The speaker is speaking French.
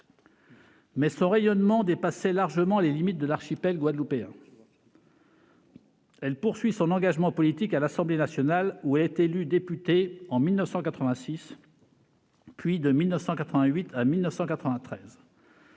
étant, son rayonnement dépassait largement les limites de l'archipel guadeloupéen. Elle poursuit son engagement politique à l'Assemblée nationale, où elle est élue députée en 1986, puis de 1988 à 1993.